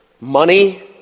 money